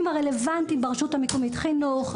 הרלוונטיים ברשות המקומית: חינוך,